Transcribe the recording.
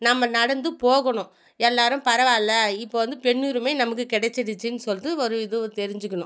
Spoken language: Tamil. நம்ம நடந்து போகணும் எல்லோரும் பரவாயில்ல இப்போது வந்து பெண்ணுரிமை நமக்கு கிடச்சிருச்சின்னு சொல்லிட்டு ஒரு இதுவு தெரிஞ்சுக்கணும்